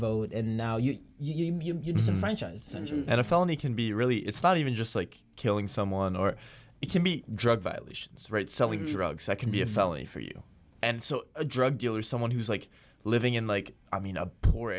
disenfranchise at a felony can be really it's not even just like killing someone or it can be drug violations right selling drugs that can be a felony for you and so a drug dealer someone who's like living in like i mean a poor